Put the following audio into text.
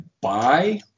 buy